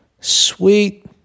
Sweet